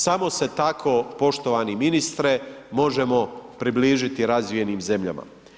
Samo se tako poštovani ministre možemo približiti razvijenim zemljama.